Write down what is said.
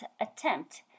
attempt